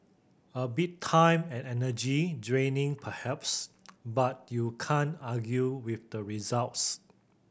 a bit time and energy draining perhaps but you can't argue with the results